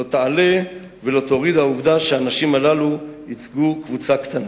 לא תעלה ולא תוריד העובדה שהאנשים הללו ייצגו קבוצה קטנה.